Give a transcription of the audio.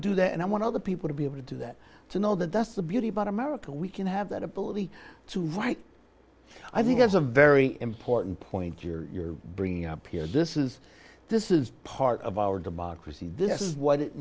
do that and i want other people to be able to do that to know that that's the beauty about america we can have that ability to write i think is a very important point you're bringing up here this is this is part of our democracy this is what it